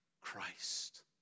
Christ